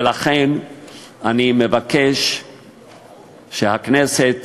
ולכן אני מבקש שהכנסת